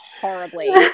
horribly